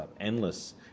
endless